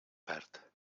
perd